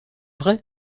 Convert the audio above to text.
vrai